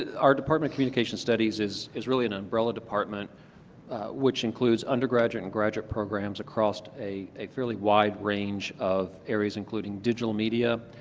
art department can munication studies is is really an an umbrella department which includes undergraduate and graduate programs across a a fairly wide range of areas including digital media,